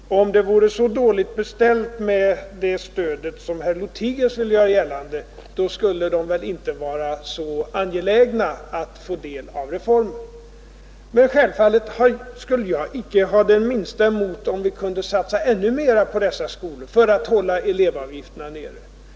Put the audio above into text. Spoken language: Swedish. Och om det vore så dåligt beställt med det stödet som herr Lothigius ville göra gällande, skulle de väl inte ha varit så angelägna om att få del av reformens förmåner. Men jag skulle självfallet inte ha det minsta emot att vi kunde satsa ännu mer på dessa skolor för att hålla elevavgifterna nere.